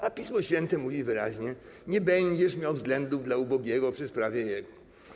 A Pismo Święte mówi wyraźnie: Nie będziesz miał względów dla ubogiego przy sprawie jego.